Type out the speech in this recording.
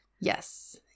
Yes